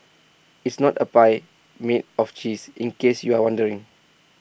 it's not A pie made of cheese in case you're wondering